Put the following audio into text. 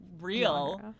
real